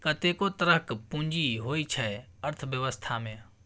कतेको तरहक पुंजी होइ छै अर्थबेबस्था मे